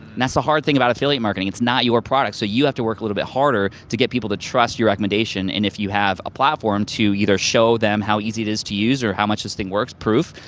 and that's the hard thing about affiliate marketing, it's not your product, so you have to work a little bit harder to get people to trust your recommendation and if you have a platform to either show them how easy it is to use or how much this thing works, proof,